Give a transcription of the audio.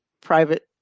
private